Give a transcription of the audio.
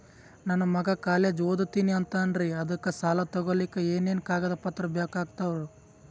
ನನ್ನ ಮಗ ಕಾಲೇಜ್ ಓದತಿನಿಂತಾನ್ರಿ ಅದಕ ಸಾಲಾ ತೊಗೊಲಿಕ ಎನೆನ ಕಾಗದ ಪತ್ರ ಬೇಕಾಗ್ತಾವು?